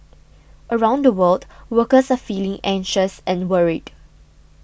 around the world workers are feeling anxious and worried